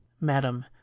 Madam